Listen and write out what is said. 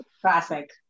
classic